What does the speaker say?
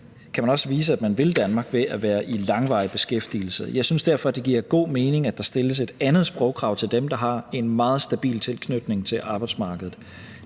kan man også vise, at man vil Danmark, ved at være i langvarig beskæftigelse. Jeg synes derfor, det giver god mening, at der stilles et andet sprogkrav til dem, der har en meget stabil tilknytning til arbejdsmarkedet.